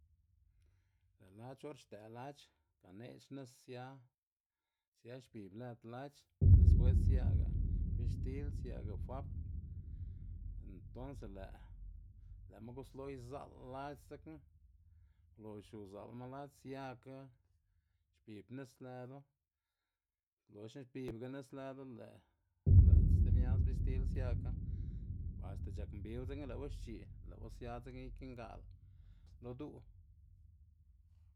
Lë' lac̲h̲ or xdë' lac̲h̲ gane'c̲h̲ nis sia sia xbib lëd lac̲h̲, despues siaga bixtil siaga fab entonce lë' lë'ma guslo iza'l lac̲h̲ dzekna ulox uza'lma lac̲h̲ siaka xbib nis lëdu loxna xbibaga nis lëdu, lë' lë' stib ñas bixtil siaka axta c̲h̲akmbiwu dzekna lë'wu xc̲h̲i' lë'wu sia dzekna ikinga' lo du'.